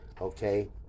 okay